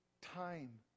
time